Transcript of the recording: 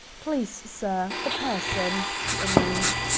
please, sir, a person, he announced,